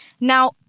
Now